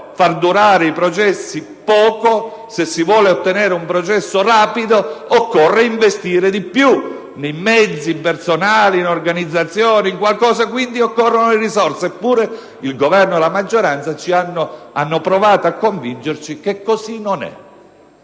far durare i processi poco, se si vuole ottenere un processo rapido occorre investire di più, in mezzi, personale, organizzazione: occorrono le risorse. Eppure, il Governo e la maggioranza hanno provato a convincerci che così non è.